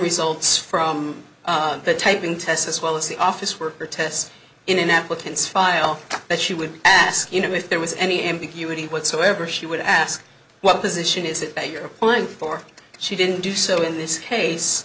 results from the typing test as well as the office worker tests in an applicant's file that she would ask you know if there was any ambiguity whatsoever she would ask what position is it that you're applying for she didn't do so in this case